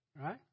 right